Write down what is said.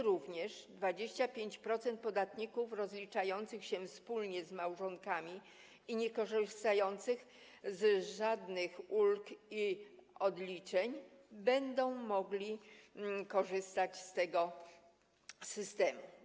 Również 25% podatników rozliczających się wspólnie z małżonkami i niekorzystających z żadnych ulg i odliczeń będzie mogło korzystać z tego systemu.